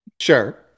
sure